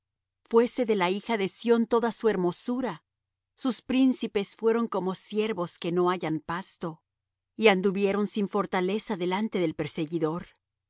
fuése de la hija de sión toda su hermosura sus príncipes fueron como ciervos que no hallan pasto y anduvieron sin fortaleza delante del perseguidor